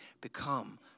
become